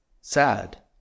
sad